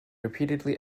repeatedly